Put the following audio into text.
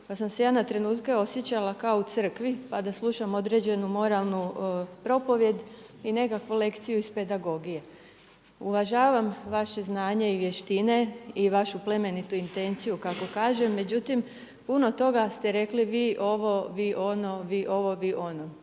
pa sam se ja na trenutke osjećala kao u crkvi pa da slušam određenu moralnu propovijed i nekakvu lekciju iz pedagogije. Uvažavam vaše znanje i vještine i vašu plemenitu intenciju kako kažete međutim puno toga ste rekli vi ovo, vi ono, vi ovo, vi ono.